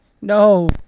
No